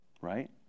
right